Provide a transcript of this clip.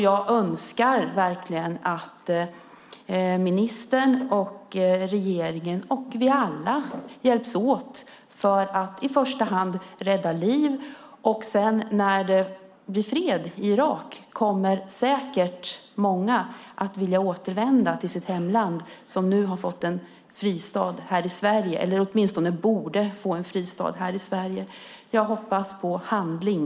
Jag önskar verkligen att ministern, regeringen och vi alla hjälps åt för att i första hand rädda liv. När det sedan blir fred i Irak kommer säkert många att vilja återvända till sitt hemland, många av dem som nu har fått en fristad här i Sverige eller åtminstone borde få en fristad här i Sverige. Jag hoppas på handling!